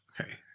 Okay